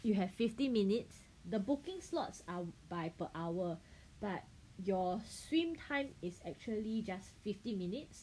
you have fifty minutes the booking slots are by per hour but your swim time is actually just fifty minutes